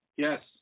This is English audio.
Yes